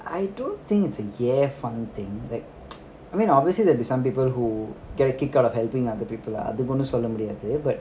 I don't think it's a ya fun thing like I mean obviously there'll be some people who get a kick out of helping other people lah அதுக்குஒன்னும்சொல்லமுடியாது:adhukku onnum solla mudiyadhu but